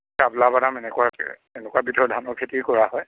বাদলাবাদাম এনেকুৱা এনেকুৱাবিধৰ ধানৰ খেতি কৰা হয়